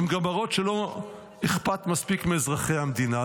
הן גם מראות שלא אכפת מספיק מאזרחי המדינה.